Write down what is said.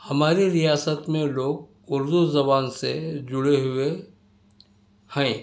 ہمارے ریاست میں لوگ اردو زبان سے جڑے ہوئے ہیں